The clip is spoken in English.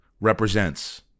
represents